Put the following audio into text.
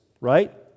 right